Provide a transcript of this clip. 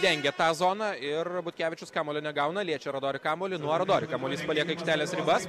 dengia tą zoną ir butkevičius kamuolio negauna liečia aradori kamuolį nuo aradori kamuolys palieka aikštelės ribas